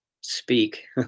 speak